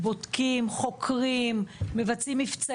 בודקים, חוקרים, מבצעים מבצעים.